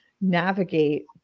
navigate